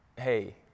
hey